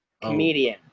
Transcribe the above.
comedian